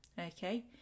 okay